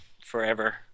Forever